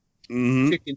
Chicken